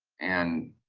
and